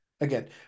Again